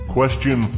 Question